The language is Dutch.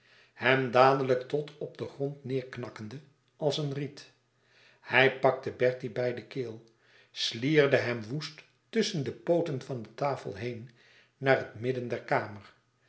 hem dadelijk tot op den grond neêrknakkende als een riet hij pakte bertie bij de keel slierde hem woest tusschen de pooten van de tafel heen naar het midden der kamer